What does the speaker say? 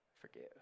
Forgive